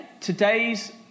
Today's